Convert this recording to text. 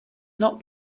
not